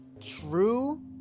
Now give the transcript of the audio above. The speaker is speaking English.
true